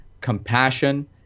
compassion